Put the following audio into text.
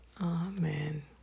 amen